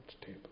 table